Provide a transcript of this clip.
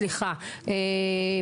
מעמד האישה ולשוויון מגדרי): << יור >> סליחה,